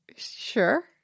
Sure